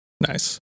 nice